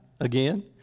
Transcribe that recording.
again